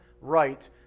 right